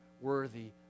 worthy